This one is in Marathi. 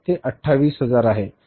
ते 28 हजार आहे